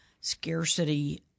scarcity